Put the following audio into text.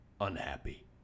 unhappy